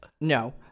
no